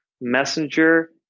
messenger